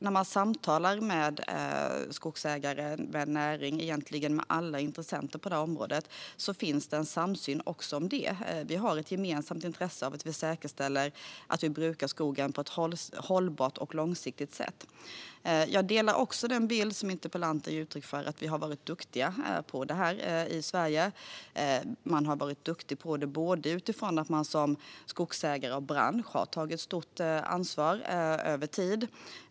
När jag samtalar med skogsägare, med näringen och egentligen med alla intressenter på det här området upplever jag att det finns en samsyn om det. Vi har ett gemensamt intresse av att vi säkerställer att vi brukar skogen på ett hållbart och långsiktigt sätt. Jag delar också den bild som interpellanten ger uttryck för av att vi har varit duktiga på det här i Sverige. Skogsägare och bransch har tagit stort ansvar över tid.